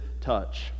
touch